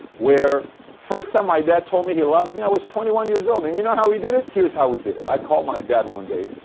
where the first time my dad told me he loved me, i was twenty one years old. and you know how he did it? here's how he did it. i called my dad one day,